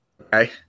Okay